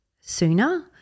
sooner